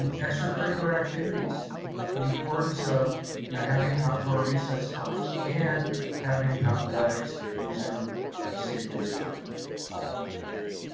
and extracurricular activities, the importance of you know having outdoor recess time and having athletics resume as safely as possible and as quickly as possible.